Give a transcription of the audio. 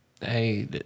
Hey